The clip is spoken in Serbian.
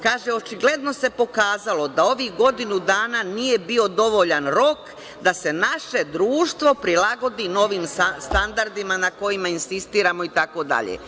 Kaže – očigledno se pokazalo da ovih godinu dana nije bio dovoljan rok da se naše društvo prilagodi novim standardima na kojima insistiramo itd.